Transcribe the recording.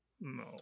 No